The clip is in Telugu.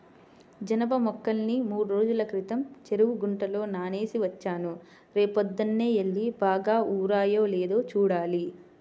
జనప మొక్కల్ని మూడ్రోజుల క్రితం చెరువు గుంటలో నానేసి వచ్చాను, రేపొద్దన్నే యెల్లి బాగా ఊరాయో లేదో చూడాలి